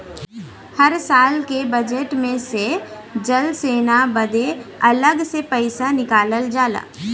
हर साल के बजेट मे से जल सेना बदे अलग से पइसा निकालल जाला